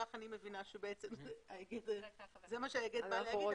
כך אני מבינה שזה מה שההיגד בא לומר.